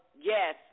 yes